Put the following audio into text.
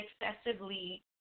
excessively